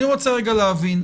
אני רוצה להבין,